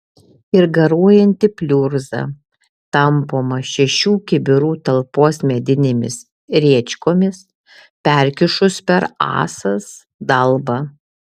ir garuojanti pliurza tampoma šešių kibirų talpos medinėmis rėčkomis perkišus per ąsas dalbą